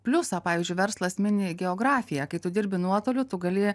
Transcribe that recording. pliusą pavyzdžiui verslas mini geografiją kai tu dirbi nuotoliu tu gali